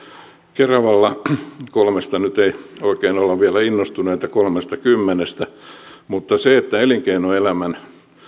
keravalla kolmesta nyt ei oikein olla vielä innostuneita ehkä kolmestakymmenestä mutta elinkeinoelämän